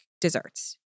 desserts